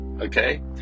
Okay